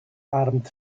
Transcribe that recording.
armed